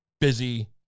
busy